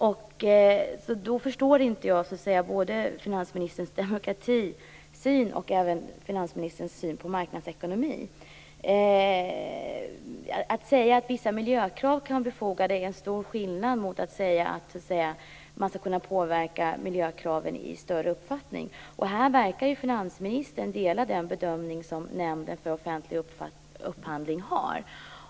Därför förstår inte jag vare sig finansministerns demokratisyn eller hans syn på marknadsekonomi. Att säga att vissa miljökrav kan vara befogade är inte detsamma som att säga att man skall kunna påverka miljökraven i större omfattning. Här verkar finansministern dela den bedömning som Nämnden för offentlig upphandling gör.